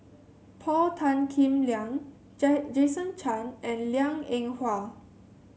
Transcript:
Paul Tan Kim Liang Jason Chan and Liang Eng Hwa